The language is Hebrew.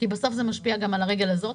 כי בסוף זה משפיע גם על הרגל הזאת.